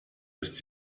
ist